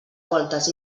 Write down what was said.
voltes